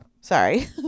Sorry